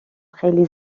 خیلی